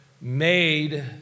made